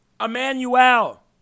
Emmanuel